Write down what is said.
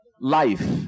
Life